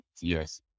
Yes